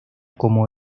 como